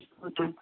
okay